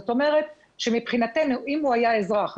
זאת אומרת שמבחינתנו אם הוא היה אזרח,